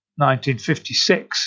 1956